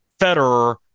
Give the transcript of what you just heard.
Federer